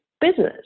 business